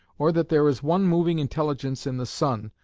or that there is one moving intelligence in the sun,